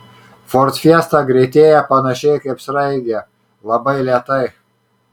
ford fiesta greitėja panašiai kaip sraigė labai lėtai